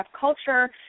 culture